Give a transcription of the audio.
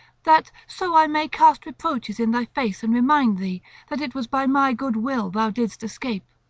that so i may cast reproaches in thy face and remind thee that it was by my good will thou didst escape.